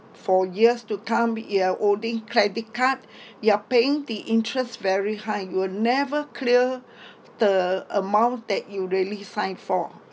for years to come you are holding credit card you're paying the interest very high you will never clear the amount that you really signed for